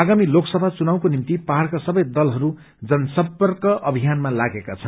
आगामी लोकसभा चुनावको निम्ति पहाड़का सबै दलहरू जनसर्म्यक अभियानमा लागेका छन्